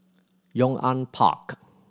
Yong An Park